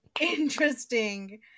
interesting